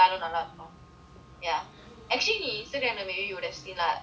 ya actually Instagram maybe you would have seen lah aishwarya vijayakumar